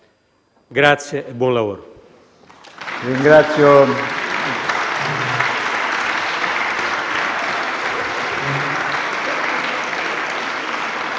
Grazie e buon lavoro.